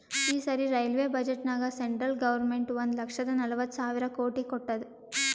ಈ ಸರಿ ರೈಲ್ವೆ ಬಜೆಟ್ನಾಗ್ ಸೆಂಟ್ರಲ್ ಗೌರ್ಮೆಂಟ್ ಒಂದ್ ಲಕ್ಷದ ನಲ್ವತ್ ಸಾವಿರ ಕೋಟಿ ಕೊಟ್ಟಾದ್